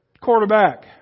quarterback